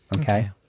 Okay